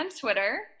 Twitter